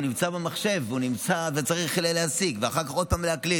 הוא במחשב וצריך להשיג, ואחר כך עוד פעם להקליד.